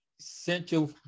central